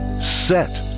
Set